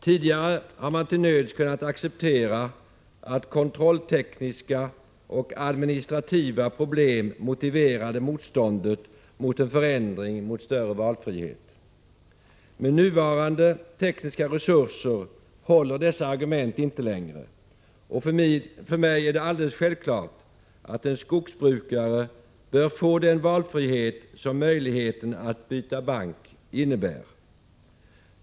Tidigare har man till nöds kunnat acceptera att kontrolltekniska och administrativa problem motiverade motståndet mot en förändring mot större valfrihet. Med nuvarande tekniska resurser håller dessa argument inte längre, och för mig är det alldeles självklart att en skogsbrukare bör få den valfrihet som möjligheten att byta bank innebär.